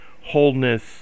wholeness